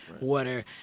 Water